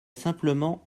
simplement